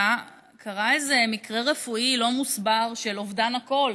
קרה איזה מקרה רפואי לא מוסבר של אובדן הקול.